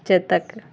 Chetak